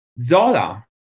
Zola